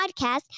podcast